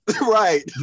Right